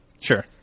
Sure